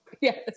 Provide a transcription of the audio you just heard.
Yes